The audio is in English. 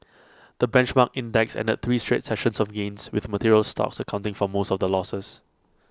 the benchmark index ended three straight sessions of gains with materials stocks accounting for most of the losses